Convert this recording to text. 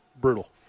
brutal